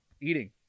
eating